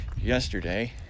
yesterday